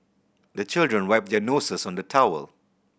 the children wipe their noses on the towel